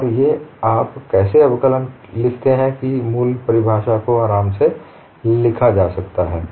और ये आप कैसे अवकलन लिखते हैं कि मूल परिभाषा को आराम से लिखा जा सकता है